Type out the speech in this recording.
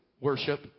worship